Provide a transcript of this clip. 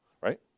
Right